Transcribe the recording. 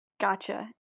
Gotcha